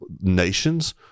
nations